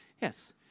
Yes